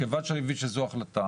אך כיוון שאני מבין שזו ההחלטה,